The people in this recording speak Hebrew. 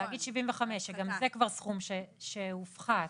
נגיד 75, זה גם סכום שהופחת.